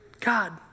God